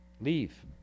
leave